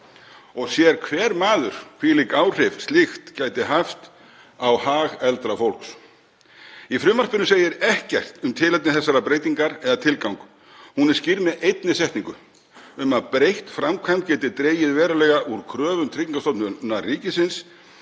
og sér hver maður hvílík áhrif slíkt gæti haft á hag eldra fólks. Í frumvarpinu segir ekkert um tilefni þessarar breytingar eða tilgang. Hún er skýrð með einni setningu um að breytt framkvæmd geti dregið verulega úr kröfum Tryggingastofnunar ríkisins